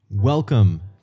Welcome